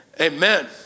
amen